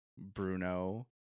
bruno